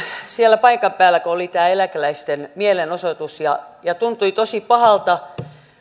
siellä paikan päällä kun oli tämä eläkeläisten mielenosoitus ja ja tuntui tosi pahalta